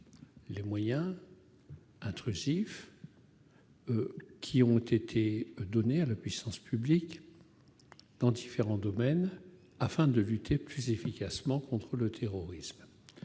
les moyens intrusifs qui ont été donnés à la puissance publique dans différents domaines, afin de lutter plus efficacement contre le terrorisme.